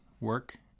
work